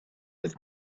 his